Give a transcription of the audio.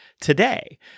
today